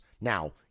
Now